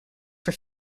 for